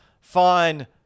Fine